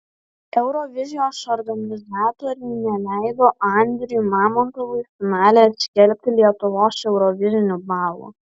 eurovizijos organizatoriai neleido andriui mamontovui finale skelbti lietuvos eurovizinių balų